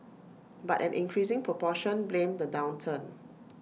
but an increasing proportion blamed the downturn